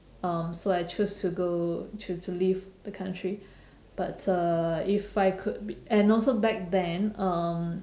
um so I choose to go to to leave the country but uh if I could and also back then um